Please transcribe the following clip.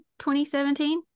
2017